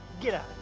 get out.